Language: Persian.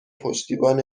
پشتیبان